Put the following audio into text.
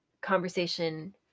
conversation